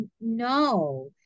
no